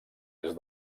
est